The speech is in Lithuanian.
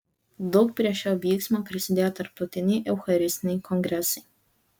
daug prie šio vyksmo prisidėjo tarptautiniai eucharistiniai kongresai